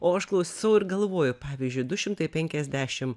o aš klausau ir galvoju pavyzdžiui du šimtai penkiasdešim